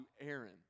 Aaron